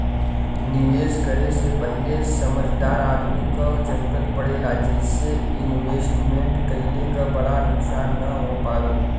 निवेश करे से पहिले समझदार आदमी क जरुरत पड़ेला जइसे इन्वेस्टमेंट कइले क बड़ा नुकसान न हो पावे